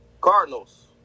Cardinals